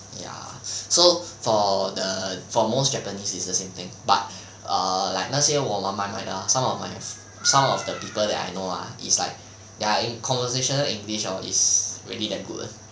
ya so for the for most japanese it's the same thing but err like 那些我妈妈买的 some of my some of the people that I know ah it's like ya in conversational english hor is really damn good